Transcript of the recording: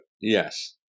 Yes